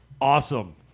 awesome